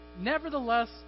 nevertheless